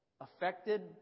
affected